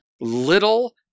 little